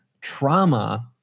trauma